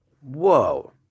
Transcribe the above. Whoa